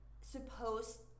supposed